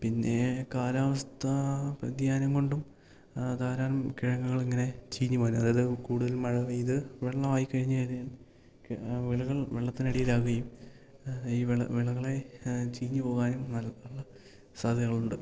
പിന്നെ കാലാവസ്ഥാ വ്യതിയാനം കൊണ്ടും ധാരണം കിഴങ്ങുകൾ ഇങ്ങനെ ചീഞ്ഞ് പോവാനും അതായത് കൂടുതലും മഴ പെയ്ത് വെള്ളമായിക്കഴിഞ്ഞുകഴിഞ്ഞാൽ വിളകൾ വെള്ളത്തിനടയിയിലാവുകയും ഈ വെള വിളകൾ ചീഞ്ഞ് പോവാനും ന നല്ല സാധ്യകളുണ്ട്